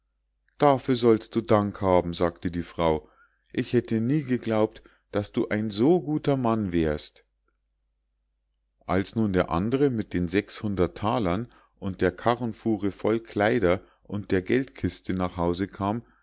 dafür sollst du dank haben sagte die frau ich hätte nie geglaubt daß du ein so guter mann wärst als nun der andre mit den sechshundert thalern und der karrenfuhre voll kleider und der geldkiste nach hause kam